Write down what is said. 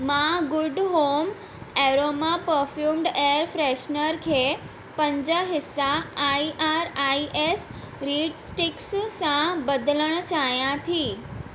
मां good home aroma perfumed air freshener खे पंज हिसा I R I S reed sticks सां बदिलणु चाहियां थी